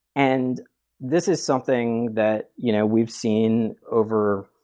and this is something that you know we've seen over,